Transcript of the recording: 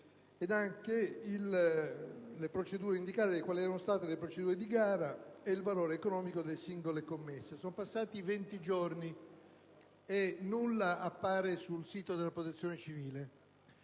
delle procedure di gara e del valore economico delle singole commesse. Sono passati 20 giorni e nulla appare sul sito della Protezione civile.